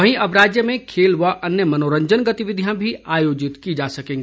वहीं अब राज्य में खेल व अन्य मनोरंजन गतिविधियां भी आयोजित की जा सकेंगी